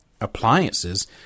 appliances